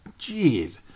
Jeez